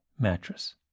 Mattress